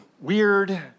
weird